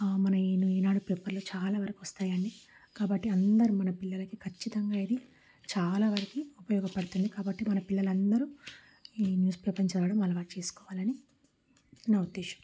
మన ఈనాడు పేపర్లో చాలా వరకు వస్తాయి అండి కాబట్టి అందరూ మన పిల్లలకి ఖచ్చితంగా ఇది చాలా వరకు ఉపయోగపడుతుంది కాబట్టి మన పిల్లలందరూ ఈ న్యూస్ పేపర్ని చదవడం అలవాటు చేసుకోవాలని నా ఉద్దేశం